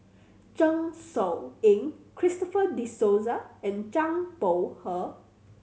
Zeng Shouyin Christopher De Souza and Zhang Bohe